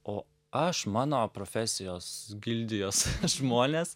o aš mano profesijos gildijos žmonės